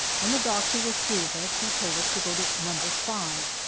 when the doctor was through with us he told us to go to number five.